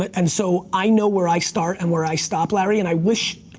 and so, i know where i start and where i stop, larry. and i wish,